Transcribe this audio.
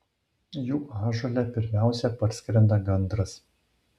jų ąžuole pirmiausia parskrenda gandras